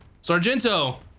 Sargento